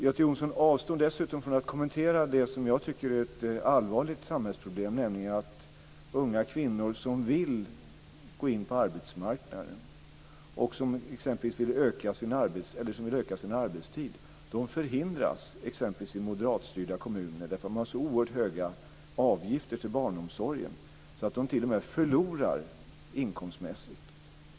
Göte Jonsson avstår dessutom från att kommentera det som jag tycker är ett allvarligt samhällsproblem, nämligen att unga kvinnor som vill gå in på arbetsmarknaden och som vill öka sin arbetstid förhindras exempelvis i moderatstyrda kommuner därför att man har så oerhört höga avgifter till barnomsorgen att de t.o.m. förlorar inkomstmässigt.